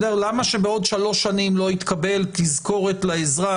למה שבעוד 3 שנים לא תתקבל תזכורת לאזרח: